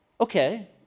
Okay